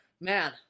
Man